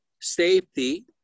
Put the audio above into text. safety